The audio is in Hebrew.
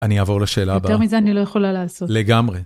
אני אעבור לשאלה הבאה. יותר מזה אני לא יכולה לעשות. לגמרי.